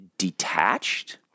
detached